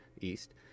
east